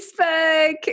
Facebook